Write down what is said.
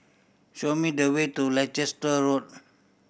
show me the way to Leicester Road